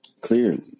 clearly